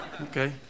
Okay